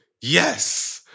yes